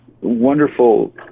wonderful